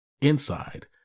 inside